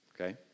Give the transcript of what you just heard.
Okay